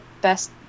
best